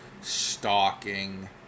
stalking